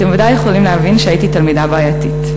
אתם ודאי יכולים להבין שהייתי תלמידה בעייתית.